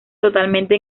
totalmente